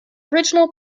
original